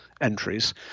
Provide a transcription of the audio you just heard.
entries